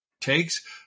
takes